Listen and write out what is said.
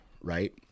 right